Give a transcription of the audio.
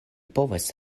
povas